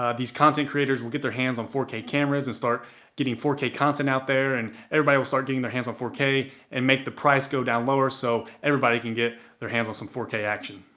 ah these content creators will get their hands on four k cameras and start getting four k content out there, and everybody will start getting their hands on four k and make the price go down lower, so everybody can get their hands on some four k action.